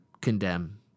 condemn